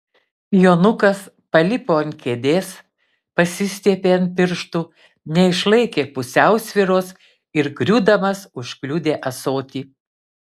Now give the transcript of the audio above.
jonukas palipo ant kėdės pasistiepė ant pirštų neišlaikė pusiausvyros ir griūdamas užkliudė ąsotį